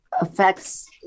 affects